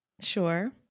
Sure